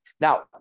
Now